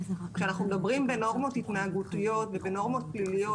כשאנחנו מדברים בנורמות התנהגותיות ובנורמות פליליות,